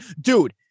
dude